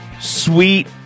Sweet